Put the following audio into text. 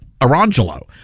Arangelo